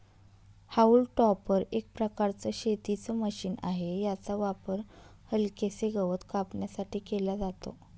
haulm topper एक प्रकारचं शेतीच मशीन आहे, याचा वापर हलकेसे गवत कापण्यासाठी केला जातो